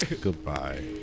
goodbye